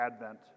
Advent